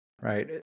Right